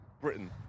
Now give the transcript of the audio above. Britain